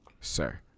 sir